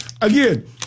Again